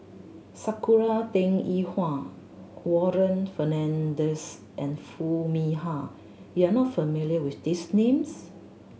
Sakura Teng Ying Hua Warren Fernandez and Foo Mee Har you are not familiar with these names